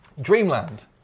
Dreamland